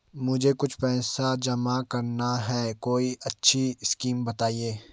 मुझे कुछ पैसा जमा करना है कोई अच्छी स्कीम बताइये?